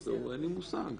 אין לי מושג,